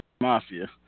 mafia